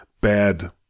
bad